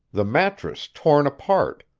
the mattress torn apart,